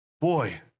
boy